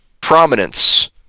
prominence